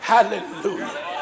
Hallelujah